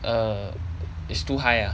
err is too high ah